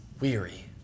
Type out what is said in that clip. weary